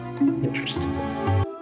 Interesting